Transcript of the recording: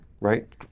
right